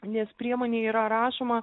nes priemonė yra rašoma